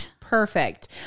Perfect